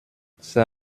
c’est